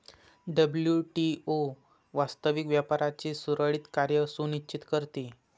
WTO वास्तविक व्यापाराचे सुरळीत कार्य सुनिश्चित करते